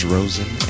Rosen